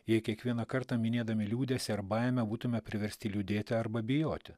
jei kiekvieną kartą minėdami liūdesį ar baimę būtume priversti liūdėti arba bijoti